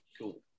Cool